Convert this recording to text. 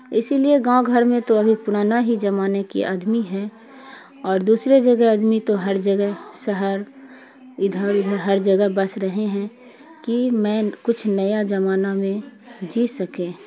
اسی لیے گاؤں گھر میں تو ابھی پرانا ہی زمانے کی آدمی ہیں اور دوسرے جگہ آدمی تو ہر جگہ سہر ادھر ادھر ہر جگہ بس رہے ہیں کہ میں کچھ نیا زمانہ میں جی سکیں